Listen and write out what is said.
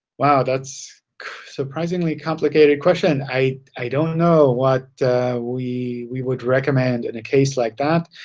wow, that's surprisingly complicated question. i i don't know what we we would recommend in a case like that.